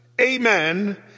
amen